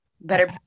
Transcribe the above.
better